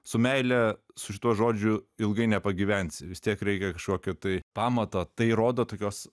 su meile su tuo žodžiu ilgai nepagyvensi vis tiek reikia kažkokio tai pamato tai rodo tokios